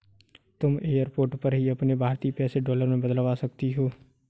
तुम एयरपोर्ट पर ही अपने भारतीय पैसे डॉलर में बदलवा सकती हो